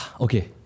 Okay